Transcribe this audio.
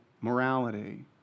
morality